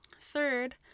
Third